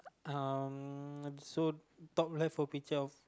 um so top left will be twelve